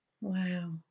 Wow